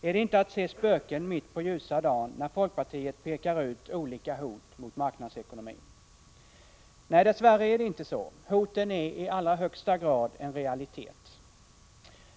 Är det inte att se spöken mitt på ljusa dagen när folkpartiet pekar ut olika hot mot marknadsekonomin? Nej, dess värre är det inte så! Hoten är i allra högsta grad en realitet.